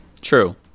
True